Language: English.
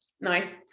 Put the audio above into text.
nice